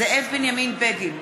זאב בנימין בגין,